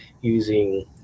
using